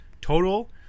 total